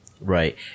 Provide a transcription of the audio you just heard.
Right